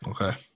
Okay